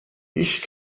ich